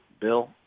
Bill